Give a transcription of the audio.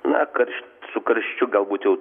na karš su karščiu galbūt jau